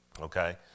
Okay